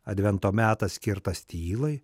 advento metas skirtas tylai